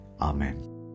Amen